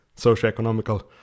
socioeconomical